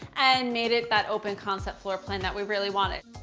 and made it that open concept floor plan that we really wanted.